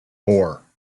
four